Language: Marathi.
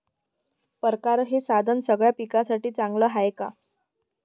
परकारं हे साधन सगळ्या पिकासाठी चांगलं हाये का?